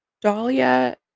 Dahlia